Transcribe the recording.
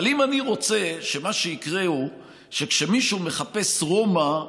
אבל אם אני רוצה שמה שיקרה הוא שכאשר מישהו מחפש "רומא",